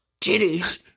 titties